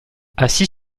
assis